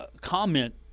comment